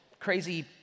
crazy